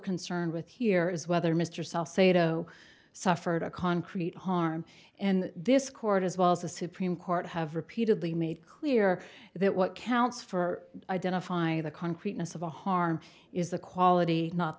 concerned with here is whether mr cell sado suffered a concrete harm and this court as well as the supreme court have repeatedly made clear that what counts for identifying the concreteness of a harm is the quality not